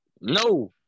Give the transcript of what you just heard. No